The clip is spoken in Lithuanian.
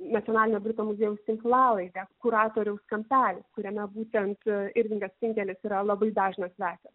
nacionalinio britų muziejaus tinklalaidę kuratoriaus kampelis kuriame būtent irvingas finkelis yra labai dažnas svečias